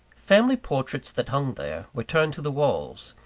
family portraits that hung there, were turned to the walls,